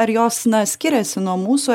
ar jos na skiriasi nuo mūsų